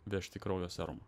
vežti kraujo serumą